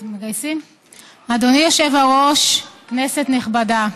אדוני היושב-ראש, כנסת נכבדה,